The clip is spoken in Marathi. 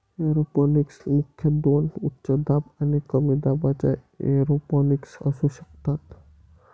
एरोपोनिक्स मुख्यतः दोन उच्च दाब आणि कमी दाबाच्या एरोपोनिक्स असू शकतात